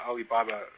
Alibaba